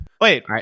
Wait